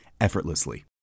effortlessly